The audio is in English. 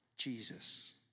Jesus